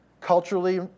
culturally